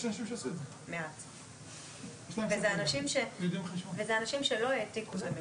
שיש מי שטוענים שהוא הנושא הכי מורכב מאז ומעולם,